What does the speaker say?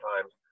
times